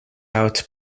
out